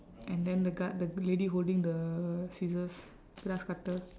and then the g~ the lady holding the scissors grass cutter